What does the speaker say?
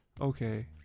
okay